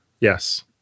Yes